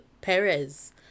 Perez